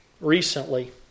recently